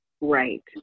Right